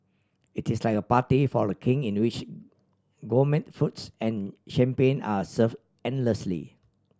it is like a party for The King in no which gourmet foods and champagne are serve endlessly